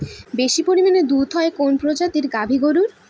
বেশি পরিমানে দুধ হয় কোন প্রজাতির গাভি গরুর?